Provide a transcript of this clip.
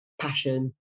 passion